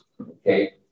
Okay